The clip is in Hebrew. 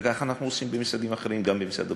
וכך אנחנו עושים במשרדים אחרים, גם במשרד הבריאות.